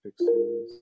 pixels